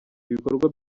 ibikorwa